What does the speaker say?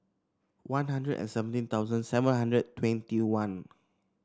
One Hundred and seventeen thousand seven hundred twenty one